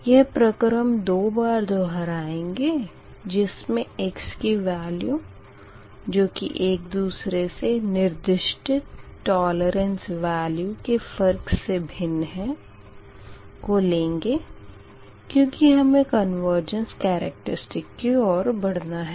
यह प्रक्रम दो बार दोहराएंगे जिसमें x की वेल्यू जो कि एक दूसरे से निर्दिष्टित टॉलरेंस वैल्यू के फ़र्क़ से भिन्न है को लेंगें क्यूँकि हमें कन्वर्ज़नस कैरेक्टरस्टिक की ओर बढ़ना है